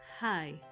Hi